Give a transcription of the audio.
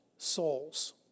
souls